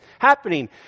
happening